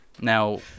now